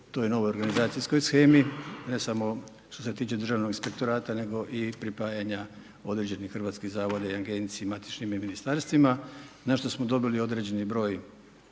toj novoj organizacijskoj shemi, ne samo što se tiče Državnog inspektorata, nego i pripajanja određenih hrvatskih zavoda i agenciji i matičnim Ministarstvima, na što smo dobili određeni broj